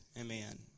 Amen